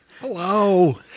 Hello